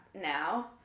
now